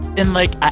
and, like,